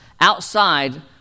outside